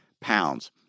pounds